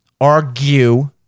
argue